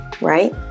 right